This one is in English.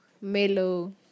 mellow